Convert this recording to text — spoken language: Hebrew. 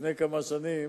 לפני כמה שנים,